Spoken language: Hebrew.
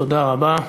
תודה רבה.